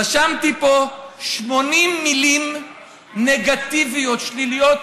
רשמתי פה 80 נגטיביות, שליליות.